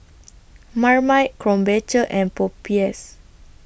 Marmite Krombacher and Popeyes